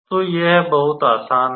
तो यह बहुत आसान है